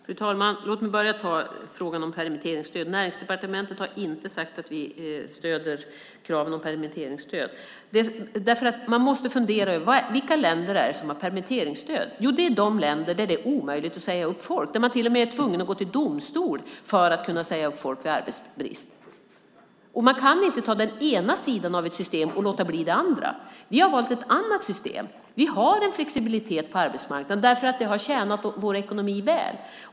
Fru talman! Låt mig börja med frågan om permitteringsstöd. Näringsdepartementet har inte sagt att vi stöder kraven om permitteringsstöd. Man måste fundera över vilka länder det är som har permitteringsstöd. Det är de länder där det är omöjligt att säga upp folk, där man till och med är tvungen att gå till domstol för att kunna säga upp folk vid arbetsbrist. Man kan inte ta den ena sidan av ett system och låta bli den andra. Vi har valt ett annat system. Vi har en flexibilitet på arbetsmarknaden därför att det har tjänat vår ekonomi väl.